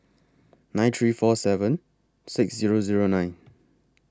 nine three four seven six Zero Zero nine